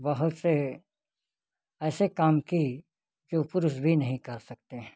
बहुत से ऐसे काम की जो पुरुष भी नहीं कर सकते हैं